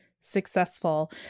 successful